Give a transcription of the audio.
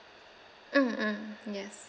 mm mm yes